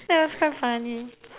that was quite funny